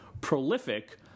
prolific